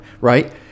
right